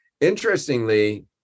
Interestingly